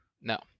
No